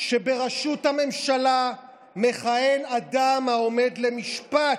שבראשות הממשלה מכהן אדם העומד למשפט,